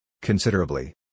Considerably